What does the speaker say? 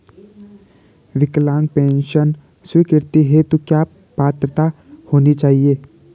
विकलांग पेंशन स्वीकृति हेतु क्या पात्रता होनी चाहिये?